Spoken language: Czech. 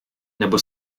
nebo